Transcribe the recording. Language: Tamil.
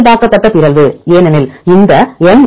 இயல்பாக்கப்பட்ட பிறழ்வு ஏனெனில் இந்த எம்